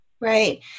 Right